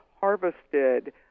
harvested